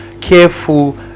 careful